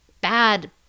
bad